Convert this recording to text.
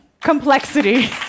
complexity